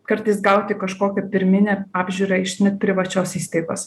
kartais gauti kažkokią pirminę apžiūrą iš net privačios įstaigos